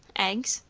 eggs?